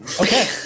okay